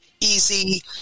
easy